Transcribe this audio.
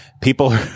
People